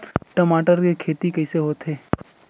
टमाटर के खेती कइसे होथे?